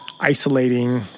isolating